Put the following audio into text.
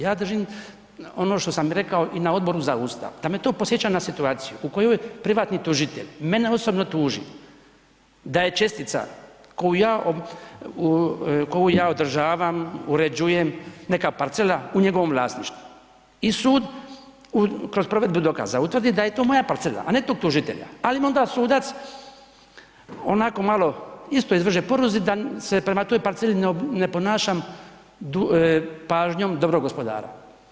Ja držim ono što sam i rekao i na Odboru za ustav, da me to podsjeća na situaciju u kojoj privatni tužitelj mene osobno tuži da je čestica koju ja održavam, uređuje, neka parcela u njegovom vlasništvu i sud kroz provedbu dokaza utvrdi da je to moja parcela, a ne tog tužitelja, ali onda sudac onako malo isto … [[Govornik se ne razumije]] da se prema toj parceli ne ponašam pažnjom dobrog gospodara.